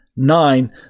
Nine